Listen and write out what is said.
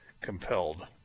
compelled